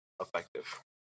effective